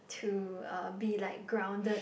to uh be like grounded